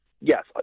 yes